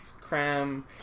cram